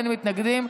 אין מתנגדים.